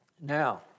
Now